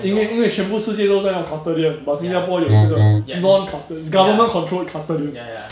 因为因为全部世界都在用 custodian but 新加坡有这个 non custody government controlled custody